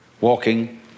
walking